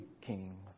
king